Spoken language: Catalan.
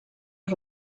els